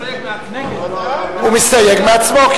הוא מסתייג מעצמו?